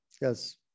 Yes